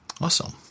Awesome